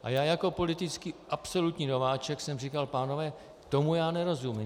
A já jako politický absolutní nováček jsem říkal: Pánové, tomu já nerozumím.